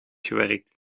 gewerkt